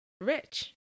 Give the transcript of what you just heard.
rich